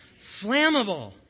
Flammable